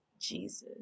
Jesus